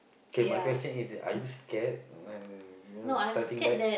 okay my question is are you scared when you know the starting back